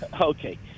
okay